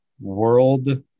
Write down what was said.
world